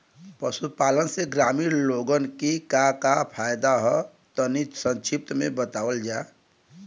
पशुपालन से ग्रामीण लोगन के का का फायदा ह तनि संक्षिप्त में बतावल जा?